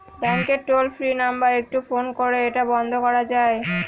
ব্যাংকের toll free number একটু phone করে এটা বন্ধ করা যায়?